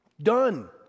Done